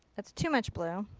that's too much blue.